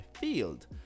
field